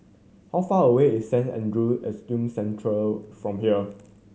how far away is Saint Andrew Autism Centre of from here